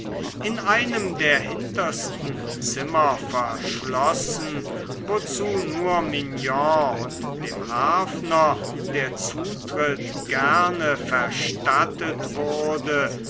in einem der hintersten zimmer verschlossen wozu nur mignon und dem harfner der zutritt gerne verstattet wurde